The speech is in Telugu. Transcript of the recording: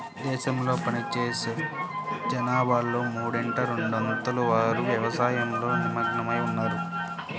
దేశంలో పనిచేసే జనాభాలో మూడింట రెండొంతుల వారు వ్యవసాయంలో నిమగ్నమై ఉన్నారు